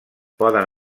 poden